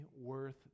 worth